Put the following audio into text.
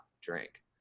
drink